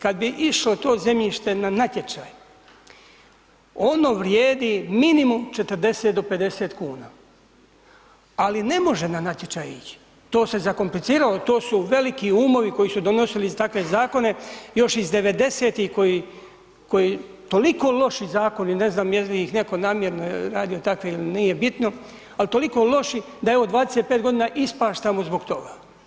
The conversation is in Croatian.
Kad bi išlo to zemljište na natječaj, ono vrijedi minimum 40 do 50 kn ali ne može na natječaj ić, to se zakompliciralo, to su veliki umovi koji su donosili takve zakone još iz 90-ih koji toliko loši zakoni, ne znam jel ih netko namjerno radio takve, nije bitno, ali to loših da je evo 25 g. ispaštamo zbog toga.